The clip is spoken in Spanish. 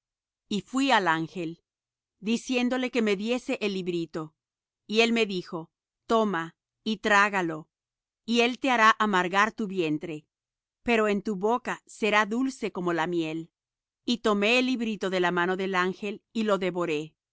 y fuí al ángel diciéndole que me diese el librito y él me dijo toma y trágalo y él te hará amargar tu vientre pero en tu boca será dulce como la miel y tomé el librito de la mano del ángel y lo devoré